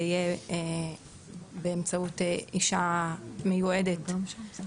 זה יהיה בפונדקאות ובין אם זה יהיה באמצעות אישה מיועדת אחרת.